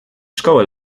szkołę